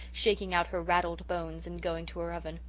shaking out her raddled bones and going to her oven.